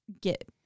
get